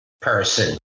person